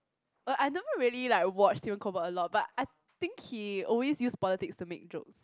uh I never really like watch Stephen-Colbert a lot but I think he always use politics to make jokes